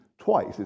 twice